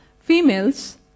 Females